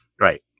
Right